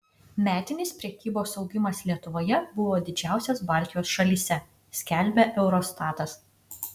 metinis prekybos augimas lietuvoje buvo didžiausias baltijos šalyse skelbia eurostatas